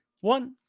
one